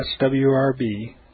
swrb